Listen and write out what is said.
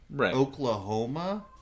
Oklahoma